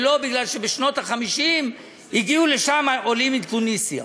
ולא בגלל שבשנות ה-50 הגיעו לשם עולים מתוניסיה